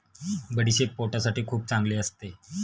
बडीशेप पोटासाठी खूप चांगली असते